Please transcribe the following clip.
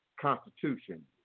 constitution